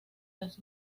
las